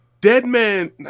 Deadman